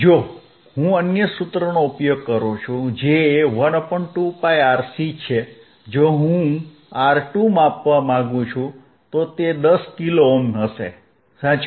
જો હું અન્ય સૂત્રનો ઉપયોગ કરું જે 12πRC છે જો હું R2 માપવા માંગુ છું તો તે 10 કિલો ઓહ્મ હશે સાચું